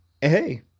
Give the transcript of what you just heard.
Hey